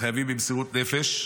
חייבים במסירות נפש,